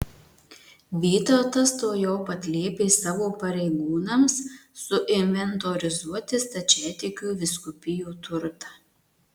vytautas tuojau pat liepė savo pareigūnams suinventorizuoti stačiatikių vyskupijų turtą